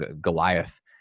Goliath